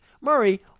Murray